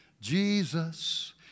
Jesus